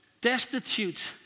destitute